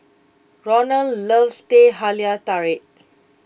Roland loves Teh Halia Tarik